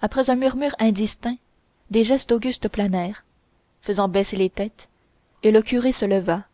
après un murmure indistinct des gestes augustes planèrent faisant baisser les têtes et le curé se leva